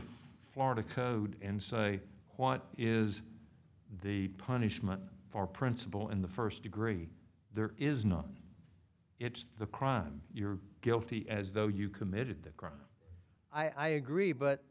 florida code inside i want is the punishment for principal in the first degree there is not it's the crime you're guilty as though you committed the crime i agree but